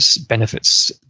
benefits